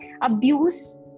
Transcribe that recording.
abuse